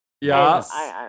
Yes